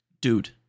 dude